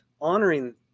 honoring